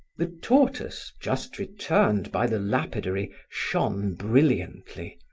the tortoise, just returned by the lapidary, shone brilliantly,